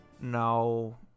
now